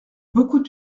beaucoup